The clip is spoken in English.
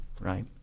right